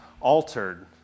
altered